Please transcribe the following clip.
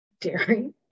Dairy